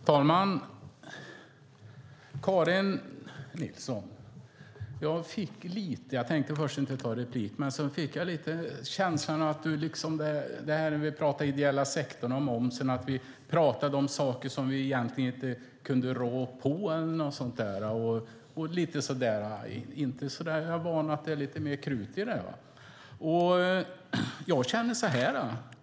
Herr talman! Karin Nilsson! Jag hade först inte tänkt begära replik, men sedan fick jag känslan när det talades om den ideella sektorn och momsen att det är saker som vi egentligen inte kan rå på. Jag är van vid lite mer krut när det gäller